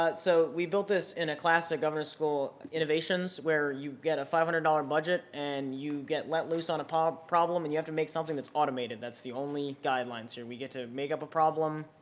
ah so we built this in a class at governor's school innovations where you get a five hundred dollars budget and you get let loose on a problem problem and you have to make something that's automated. that's the only guidelines here. we get to make up a problem,